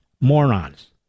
morons